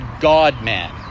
God-man